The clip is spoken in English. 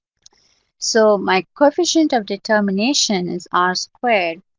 so my coefficient of determination is r squared,